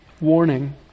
warning